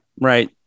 Right